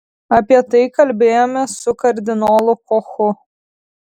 apie tai kalbėjome su kardinolu kochu